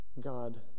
God